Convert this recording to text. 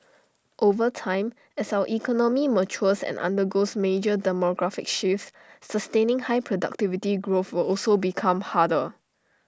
over time as our economy matures and undergoes major demographic shifts sustaining high productivity growth will also become harder